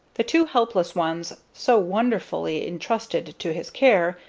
the two helpless ones, so wonderfully intrusted to his care,